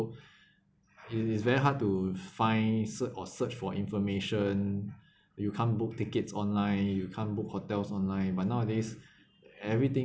it is very hard to find se~ or search for information you can't book tickets online you can't book hotels online but nowadays everything